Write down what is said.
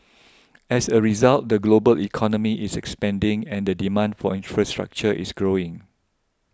as a result the global economy is expanding and the demand for infrastructure is growing